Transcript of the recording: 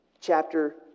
chapter